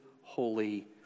Holy